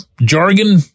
jargon